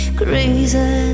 crazy